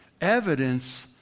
evidence